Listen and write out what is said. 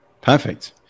Perfect